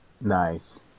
Nice